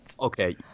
Okay